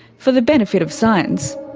for the benefit of science.